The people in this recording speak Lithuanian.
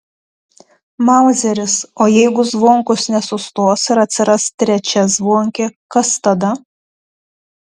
mauzeris o jeigu zvonkus nesustos ir atsiras trečia zvonkė kas tada